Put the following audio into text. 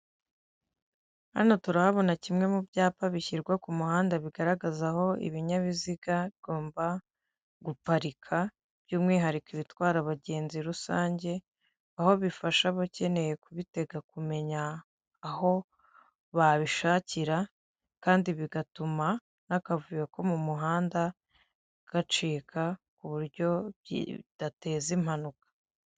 Hano turahabona kimwe mu byapa bishyirwa ku muhanda bigaragaza aho ibinyabiziga bigomba guparika by'umwihariko ibitwara abagenzi rusange, aho bifasha abakeneye kubitega kumenya aho babishakira kandi bigatuma n'akavuyo ku mu muhanda gacika ku buryo budateza impanuka.